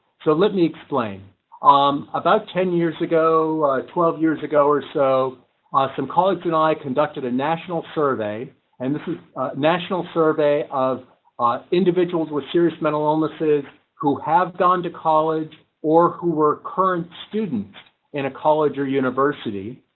so let me explain um about ten years ago twelve years ago or so some colleagues, and i conducted a national survey and this is national survey ah individuals with serious mental illnesses who have gone to college or who were current students in a college or university?